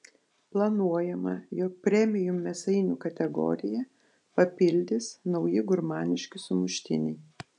planuojama jog premium mėsainių kategoriją papildys nauji gurmaniški sumuštiniai